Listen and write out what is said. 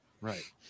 Right